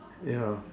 ya